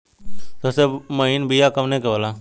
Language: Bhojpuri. सबसे महीन बिया कवने के होला?